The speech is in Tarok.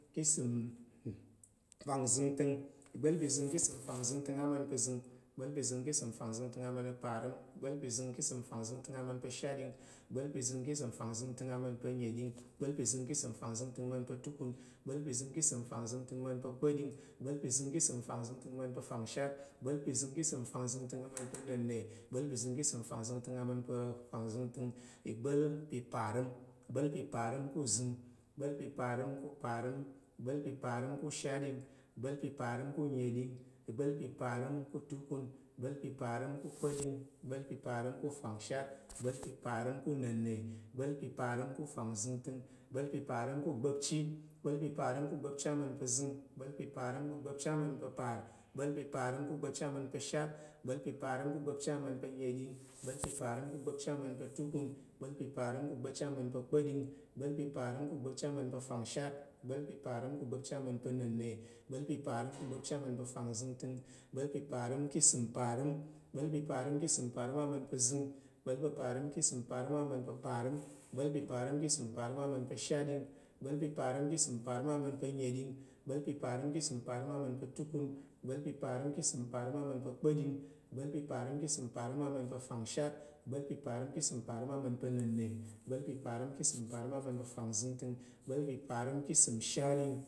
Ìgbá̱l ka̱ ìsəm fangzəngtəng, ìgbá̱l ka̱ ìsəm fangzəngtəng ama̱n pa̱ azəng, ìgbá̱l ka̱ ìsəm fangzəngtəng ama̱n pa̱, apar, ìgbá̱l ka̱ ìsəm fangzəngtəng ama̱n pa̱ ashat, ìgbá̱l ka̱ ìsəm fangzəngtəng ama̱n anəding, ìgbá̱l ka̱ ìsəm fangzəngtəng ama̱n pa̱ atukun, ìgbá̱l ka̱ ìsəm fangzəngtəng ama̱n pa̱ akpa̱ɗing, ìgbá̱l ka̱ ìsəm fangzəngtəng ama̱n pa̱ afangshat, ìgbá̱l ka̱ ìsəm fangzəngtəng ama̱n pa̱ ana̱nnə, ìgbá̱l ka̱ ìsəm fangzəngtəng ama̱n pa̱ afangzəngtəng, ìgbá̱l pa̱ parəm. ìgbá̱l pa̱ parəm ka̱ uzəng, ìgbá̱l pa̱ parəm ka̱ upar, ìgbá̱l pa̱ parəm ka̱ shat, ìgbá̱l pa̱ parəm ka̱ unəɗing, ìgbá̱l pa̱ parəm ka̱ utukun, ìgbá̱l pa̱ parəm akpa̱ɗing, igba̱l pa̱ parəm ka̱ fangshat, igba̱l pa̱ parəm ka̱ nenne, igbal pa̱ parəm ku fangzingting, igbal pa̱ parəim ku gbapchi aman pa̱ zəng, igbal pa̱ parəm ku gbapchi aman pa̱ parəm, igbal pa̱ parim ku gbapchi aman pa̱ shatɗing, igbal pa̱ parəm ku gbapchi aman pa̱ neɗing, igbal pa̱ parəm ku gbapchi tukun, igbal pa̱ parəm ku gbapchi aman pa̱ kpa̱ɗing, igbal pa̱ parəm ku gbapchi aman pa̱ fangshat, igbal pa̱ parəm ku gbapchi aman pa̱ nenne, igbal pa̱ parəm ku gbapci aman pa̱ fangzəngtəng, igbal pa̱ parəm ka̱ ìsəm mparəm, igbal pa̱ parəm ka̱ ìsəm mparəm aman pa̱ zəng, igbal pa̱ parəm ka̱ ìsəm parəm aman pa̱ parəm, igbal pa̱ parəm ka̱ səm parəm aman pa̱ shatɗing, igbal pa̱ parəm ka̱ səm parəm neding, ibal piparim ki simparim aman pe tukun, ibal piparim ki səm parəm aman pa̱ fangshat, igbal pa̱ parəm ka̱ səm parəm aman pa̱ kpa̱ɗing, igbal pa̱ parəm ka̱ səm parəm aman pa̱ fangshat, igbal pa̱ parəm ka̱ səm parəm aman pa̱ nenne, igbal pa̱ parəm ka̱ səm parəm aman pa̱ fangzəngtəng igbal pa̱ parəm ka̱ səm shatɗing